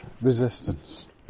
resistance